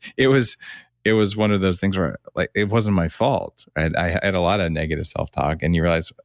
it was it was one of those things where, ah like it wasn't my fault. i had a lot of negative self-talk, and you realize,